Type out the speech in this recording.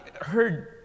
heard